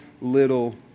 little